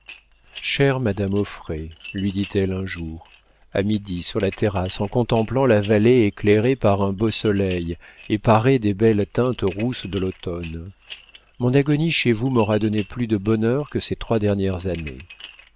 chère madame auffray lui dit-elle un jour à midi sur la terrasse en contemplant la vallée éclairée par un beau soleil et parée des belles teintes rousses de l'automne mon agonie chez vous m'aura donné plus de bonheur que ces trois dernières années